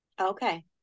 Okay